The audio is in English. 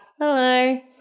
Hello